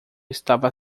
estava